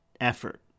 effort